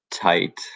tight